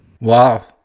wow